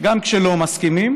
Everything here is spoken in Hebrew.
גם כשלא מסכימים,